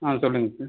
ஆ சொல்லுங்கள் சார்